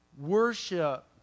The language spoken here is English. Worship